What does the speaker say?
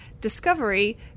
Discovery